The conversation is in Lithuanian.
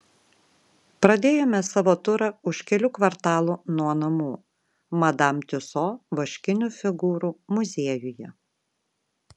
pradėjome savo turą už kelių kvartalų nuo namų madam tiuso vaškinių figūrų muziejuje